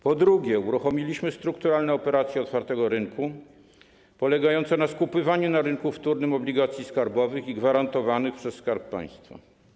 Po drugie, uruchomiliśmy strukturalne operacje otwartego rynku polegające na skupowaniu na rynku wtórnym obligacji skarbowych i gwarantowanych przez Skarb Państwa.